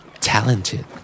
Talented